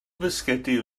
fisgedi